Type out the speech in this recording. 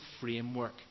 framework